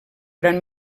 gran